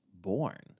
born